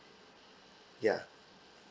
ya